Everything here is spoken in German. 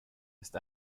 ist